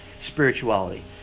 spirituality